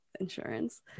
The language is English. insurance